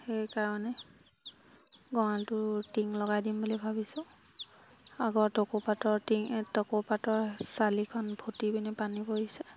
সেইকাৰণে গড়ালটো টিং লগাই দিম বুলি ভাবিছোঁ আগৰ টকৌপাতৰ টিং টকৌপাতৰ চালিখন ফুটি পিনে পানী পৰিছে